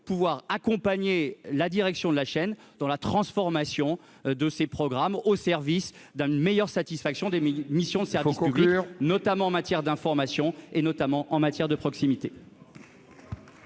pouvoir accompagner la direction de la chaîne dans la transformation de ses programmes au service d'une meilleure satisfaction des missions de service public, ... Il faut conclure !... notamment en matière d'information